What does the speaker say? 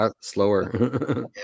slower